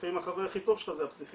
שלפעמים החבר הכי טוב שלך זה הפסיכיאטר,